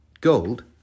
Gold